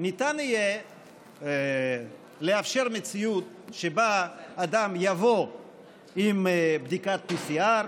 ניתן יהיה לאפשר מציאות שבה אדם יבוא עם בדיקת PCR,